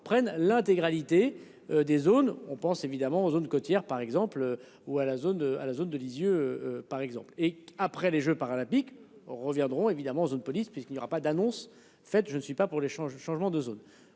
prennent l'intégralité. Des zones, on pense évidemment aux zones côtières par exemple ou à la zone à la zone de Lisieux par exemple et après les Jeux paralympiques reviendront évidemment en zone police, puisqu'il n'y aura pas d'annonce faite, je ne suis pas pour l'échange. Changement de zone.